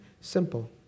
Simple